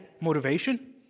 motivation